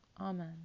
Amen